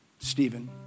Stephen